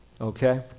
okay